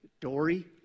Dory